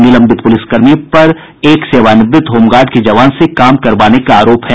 निलंबित पूलिसकर्मी पर एक सेवानिवृत होमगार्ड के जवान से काम करवाने का आरोप है